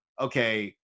okay